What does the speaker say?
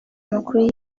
amakuru